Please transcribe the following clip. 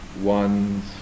one's